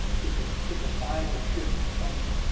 took a took a final ship from,